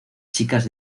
chicas